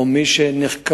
או מי שנחקר